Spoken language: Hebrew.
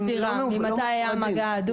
זה משנה לגבי הספירה, ממתי היה המגע האדוק.